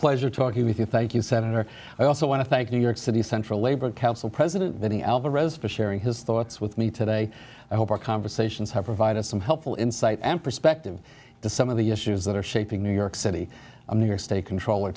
pleasure talking with you thank you senator i also want to thank you york city central labor council president many alvarez for sharing his thoughts with me today i hope our conversations have provided some helpful insight and perspective to some of the issues that are shaping new york city and new york state controller